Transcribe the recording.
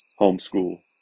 homeschool